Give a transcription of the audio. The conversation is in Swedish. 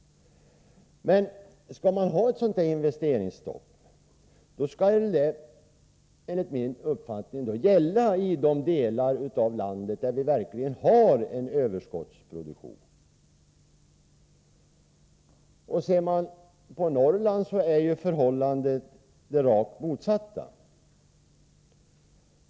Skall man ha ett sådant här investeringsstopp skall det enligt min uppfattning gälla i de delar av landet där vi verkligen har en överskottsproduktion. I Norrland är förhållandet det rakt motsatta.